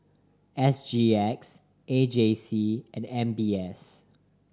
S G X A J C and M B S